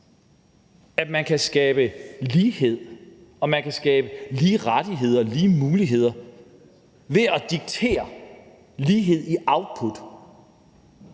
at man kan skabe lighed, og at man kan skabe lige rettigheder og lige muligheder ved at diktere lighed i output,